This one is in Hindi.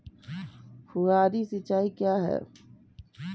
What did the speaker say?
फुहारी सिंचाई क्या है?